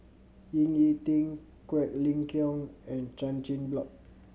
Ying E Ding Quek Ling Kiong and Chan Chin Bock